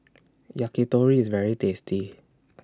Yakitori IS very tasty